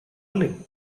lid